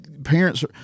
Parents